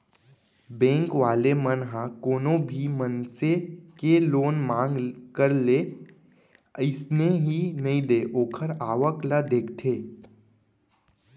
bank वाले मन ह कोनो भी मनसे के लोन मांग करे ले अइसने ही नइ दे ओखर आवक ल देखथे